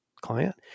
client